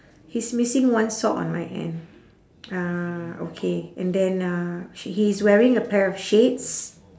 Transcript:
he's missing one sock on my end uh okay and then uh she he's wearing a pair of shades